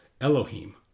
Elohim